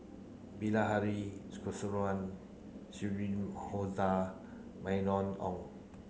Bilahari Shirin Mylene Ong